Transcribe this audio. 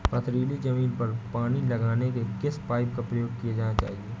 पथरीली ज़मीन पर पानी लगाने के किस पाइप का प्रयोग किया जाना चाहिए?